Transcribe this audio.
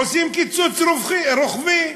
עושים קיצוץ רוחבי.